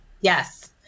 Yes